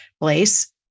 place